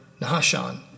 Nahashan